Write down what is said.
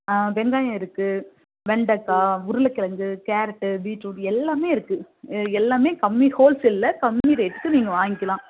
ஆ வெங்காயம் இருக்குது வெண்டைக்கா உருளகிழங்கு கேரட்டு பீட்ரூட் எல்லாமே இருக்குது எல்லாமே கம்மி ஹோல்சேலில் கம்மி ரேட்டுக்கு நீங்கள் வாங்கிக்கிலாம்